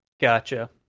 Gotcha